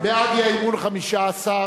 אי-אמון בממשלה לא נתקבלה.